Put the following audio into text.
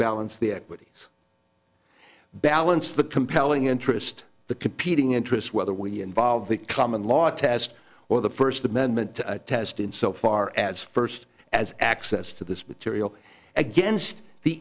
balance the equities balance the compelling interest the competing interests whether we involve the common law test or the first amendment test in so far as first as access to this material against the